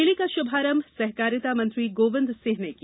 मेले का शुभारंभ सहकारिता मंत्री गोविंद सिंह ने किया